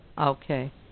Okay